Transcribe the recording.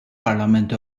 parlament